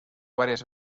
varias